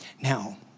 Now